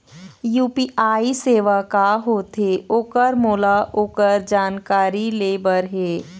UPI सेवा का होथे ओकर मोला ओकर जानकारी ले बर हे?